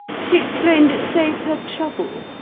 she explained it saved her trouble.